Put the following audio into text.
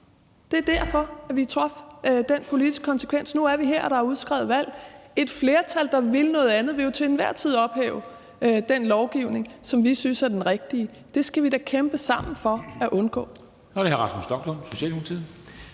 Det var derfor, vi drog den politiske konsekvens. Nu er vi her, og der er udskrevet valg. Et flertal, der vil noget andet, vil jo til enhver tid ophæve den lovgivning, som vi synes er den rigtige. Det skal vi da kæmpe sammen for at undgå.